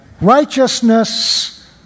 righteousness